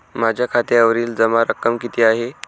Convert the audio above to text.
माझ्या खात्यावरील जमा रक्कम किती आहे?